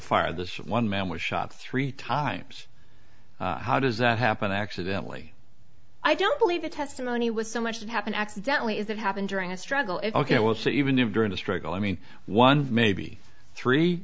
fire this one man was shot three times how does that happen accidentally i don't believe the testimony was so much it happened accidentally is it happened during a struggle is ok i will say even if during the struggle i mean one maybe three